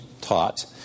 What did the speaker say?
taught